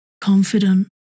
confident